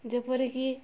ଯେପରିକି